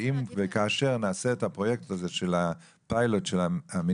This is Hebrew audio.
כדי שאם וכאשר נעשה את הפרויקט הזה של הפיילוט של המיניבוסים,